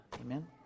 Amen